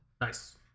nice